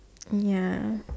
ya